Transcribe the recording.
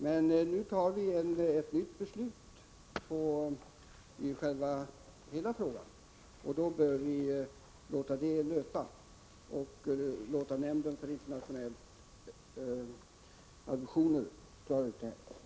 Men nu fattar vi ett nytt beslut i hela frågan, och då bör vi låta det löpa och låta nämnden för internationella adoptionsfrågor klara ut det här.